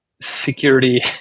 security